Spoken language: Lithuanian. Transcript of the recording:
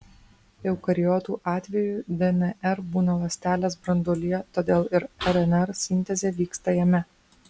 eukariotų atveju dnr būna ląstelės branduolyje todėl ir rnr sintezė vyksta jame